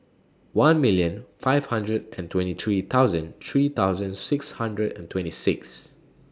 one million five hundred and twenty three thousand three thousand six hundred and twenty six